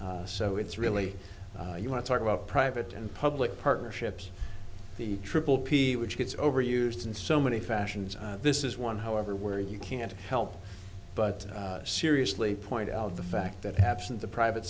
so it's really you want to talk about private and public partnerships the triple p which gets overused in so many fashions this is one however where you can't help but seriously point out the fact that half in the private